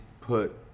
put